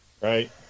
Right